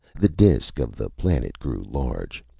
the disk of the planet grew large.